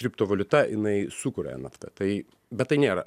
kriptovaliuta jinai sukuria nft tai bet tai nėra